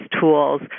tools